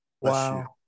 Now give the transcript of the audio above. Wow